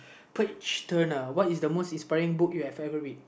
page turner what is the most inspiring book you have ever read